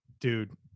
Dude